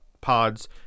pods